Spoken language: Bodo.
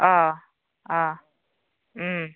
अ अ